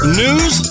news